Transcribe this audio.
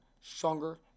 stronger